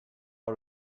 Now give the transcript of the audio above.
par